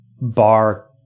bar